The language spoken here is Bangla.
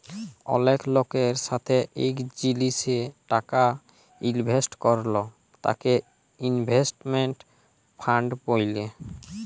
অলেক লকের সাথে এক জিলিসে টাকা ইলভেস্ট করল তাকে ইনভেস্টমেন্ট ফান্ড ব্যলে